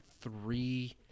three